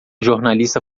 jornalista